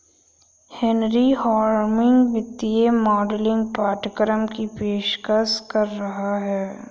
Henry Harvin वित्तीय modelling पाठ्यक्रम की पेशकश कर रहा हैं